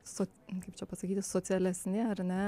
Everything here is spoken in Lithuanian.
su kaip čia pasakyti socialesni ar ne